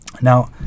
Now